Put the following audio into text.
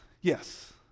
yes